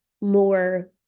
more